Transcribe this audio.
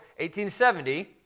1870